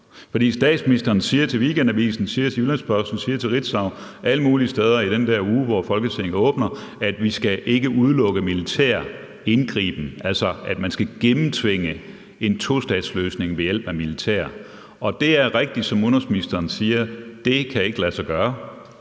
statsministeren siger til Weekendavisen, siger til Jyllands-Posten, siger til Ritzau og alle mulige steder i den uge, hvor Folketinget åbner, at vi ikke skal udelukke militær indgriben, altså at man skal gennemtvinge en tostatsløsning ved hjælp af militær. Og det er rigtigt, som udenrigsministeren siger: Det kan ikke lade sig gøre.